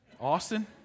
Austin